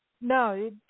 No